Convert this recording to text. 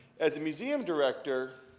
as a museum director,